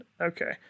Okay